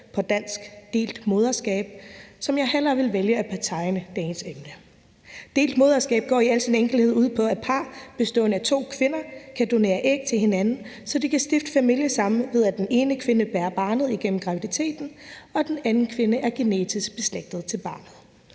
på dansk delt moderskab, som jeg hellere vil vælge at betegne dagens emne. Delt moderskab går i al sin enkelthed ud på, at par bestående af to kvinder kan donere æg til hinanden, så de kan stifte familie sammen; den ene kvinde bærer barnet igennem graviditeten, og den anden kvinde er genetisk beslægtet til barnet.